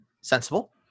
Sensible